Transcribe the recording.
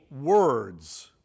words